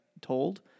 told